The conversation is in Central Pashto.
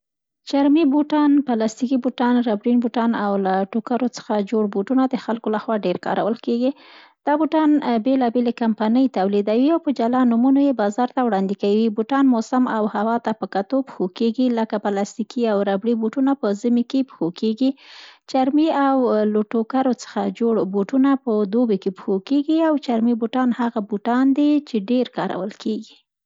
چرمي بوټان، پلاستکي بوټان، ربړین بوټان او له ټوکرو څخه جوړ بوټونه د خلکو لخوا ډېر کارول کېږي. دا بوټان بېلابېلې کمپنۍ تولېدوي او په جلا جلا نومونو یې بازار ته وړاندې کوي. بوټان موسم او هوا ته په کتو پښو کېږي، لکه، پلاستکي او ربړي بوټونه په زمي کې پوښېږي. چرمي او له ټوکرو څخه جوړ بوټونه په دوبي کې پښو کېږي او چرمي بوټان هغه بوټان دي، سي ډېر کارول کېږي.